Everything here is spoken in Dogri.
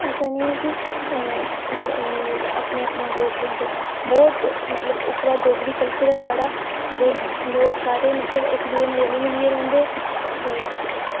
ऐसा निं ऐ कि अपने अपने लोक रौहंदे बहुत उप्परा डोगरी कल्चर ऐ साढ़ा ते लोक सारे मतलब इक्क दूऐ कन्नै रली मिलियै रौंह्दे ते